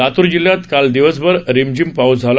लातूर जिल्ह्यात काल दिवसभऱ रिमझिम पाऊस झाला